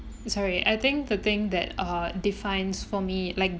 sorry I think the thing that uh defines for me like